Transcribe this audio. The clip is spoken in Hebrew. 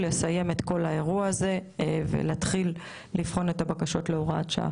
ולסיים את האירוע הזה והתחיל לבחון את הבקשות להוראת שעה.